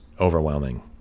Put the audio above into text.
overwhelming